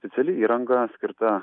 speciali įranga skirta